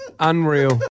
Unreal